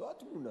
זו התמונה